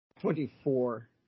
twenty-four